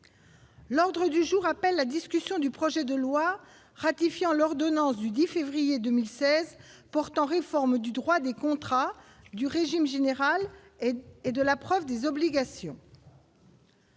L'ordre du jour appelle la discussion du projet de loi ratifiant l'ordonnance du 10 février 2016 portant réforme du droit des contrats du régime général et et de la prof des obligations.